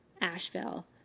Asheville